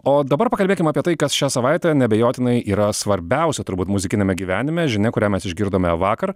o dabar pakalbėkim apie tai kas šią savaitę neabejotinai yra svarbiausia turbūt muzikiniame gyvenime žinia kurią mes išgirdome vakar